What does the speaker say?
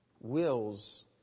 wills